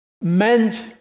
meant